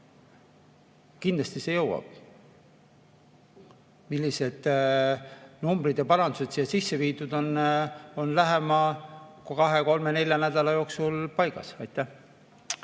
Kindlasti see jõuab. Millised numbrid ja parandused sisse viidud on, on lähema kahe kuni nelja nädala jooksul paigas. Aitäh,